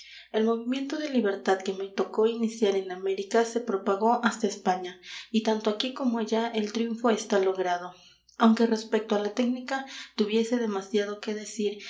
el movimiento de libertad que me tocó iniciar en américa se propagó hasta españa y tanto aquí como allá el triunfo está logrado aunque respecto a la técnica tuviese demasiado que decir